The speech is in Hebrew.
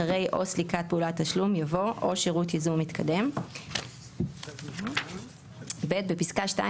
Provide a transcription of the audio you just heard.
אחרי "או סליקת פעולת תשלום" יבוא "או שירות ייזום מתקדם"; בפסקה (2),